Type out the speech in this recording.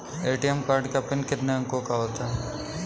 ATM card का PIN कितने अंकों का होता है?